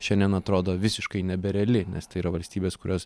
šiandien atrodo visiškai nebereali nes tai yra valstybės kurios